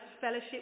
fellowship